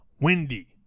windy